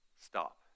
stop